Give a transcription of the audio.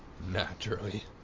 Naturally